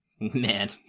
Man